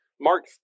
Mark